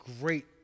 Great